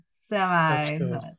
semi